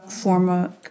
former